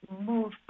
move